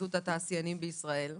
מהתאחדות התעשיינים בישראל.